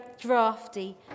drafty